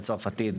בצרפתית,